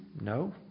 No